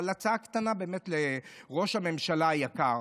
אבל יש לי הצעה קטנה לראש הממשלה היקר.